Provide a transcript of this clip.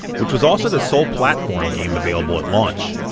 which was also the sole platform game available at launch.